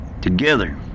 together